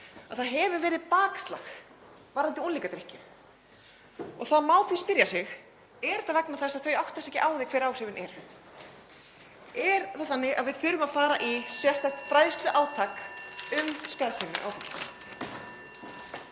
að það hefur orðið bakslag í unglingadrykkju. Það má því spyrja sig: Er þetta vegna þess að þau átta sig ekki á því hver áhrifin eru? Er það þannig að við þurfum að fara í sérstakt fræðsluátak um skaðsemi áfengis?